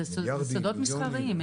אלה סודות מסחריים.